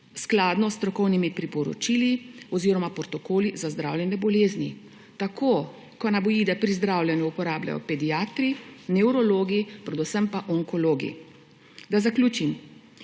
skladno s strokovnimi priporočili oziroma protokoli za zdravljenje bolezni. Tako kanabinoide pri zdravljenju uporabljajo pediatri, nevrologi, predvsem pa onkologi. Da zaključim.